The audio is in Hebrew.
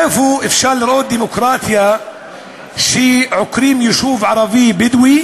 איפה אפשר לראות דמוקרטיה כשעוקרים יישוב ערבי-בדואי